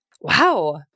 Wow